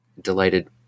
delighted